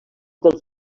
dels